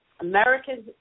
Americans